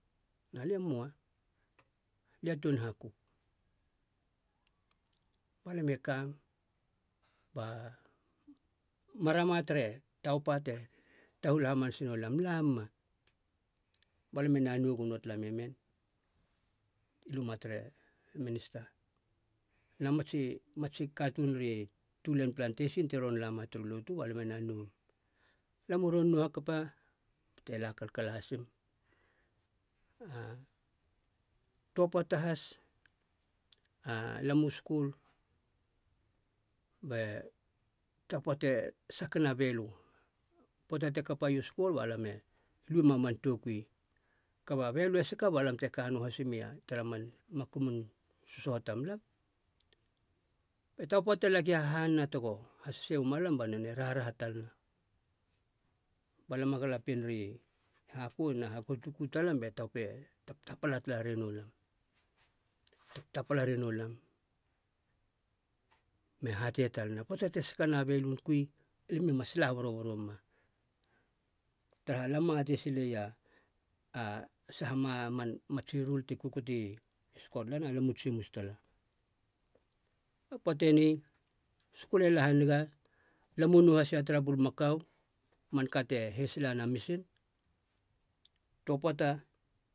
Na lia e moa, alia a toun haku. Balam e kam ba, marama tere taufa te tahul hamanase nou lam, la muma, balam ena nou gono tala me men i luma tere minista, na matsi katuun ri tulein plantasin ti ron lama turu lotu balam ena noum. Lam u ron nou hakapa bate la kalakala hasim. toa poata has a lam u skul be taufa te sakena belu, poata te kapaia u skul balam e luema man toukui ka belu e saka bala te ka noa hasmia tara man makumun susoho tam lam. Be taufa te lagi hahanena tego hasesei ua malam ba nonei e raharaha talana, ba lam a galapien ra i haku e hagou tuku talam be taufa e taptapala tala ranou lam- taptapala renoulam me hatei talana. Poata te sakana belun kui a limiou e mas la boroboro muma taraha alam ma atei silei a- a mats saha matsi rul ti kukuti i scotlan, alam u tsimus tala. A poata eni u skul e na haniga, alam u nou has ia tara bulmakau, a manka te heis la na misin. Toa poata